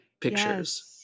pictures